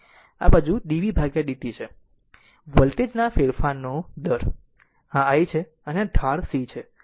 આ બાજુ dvdt છે વોલ્ટેજ ના ફેરફારનો દર આ i છે અને આ ઢાળ c છે